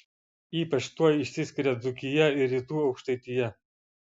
ypač tuo išsiskiria dzūkija ir rytų aukštaitija